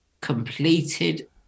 completed